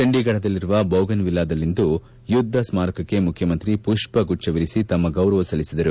ಚಂಡಿಗಢದಲ್ಲಿರುವ ಬೌಗೇನ್ ವಿಲ್ಲಾದಲ್ಲಿರುವ ಯುದ್ದ ಸ್ಲಾರಕಕ್ಕೆ ಮುಖ್ಯಮಂತ್ರಿ ಪುಪ್ವ ಗುಚ್ವವಿರಿಸಿ ತಮ್ಮ ಗೌರವ ಸಲ್ಲಿಸಿದರು